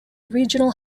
regional